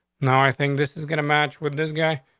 now, i think this is gonna match with this guy.